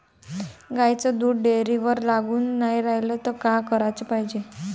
गाईचं दूध डेअरीवर लागून नाई रायलं त का कराच पायजे?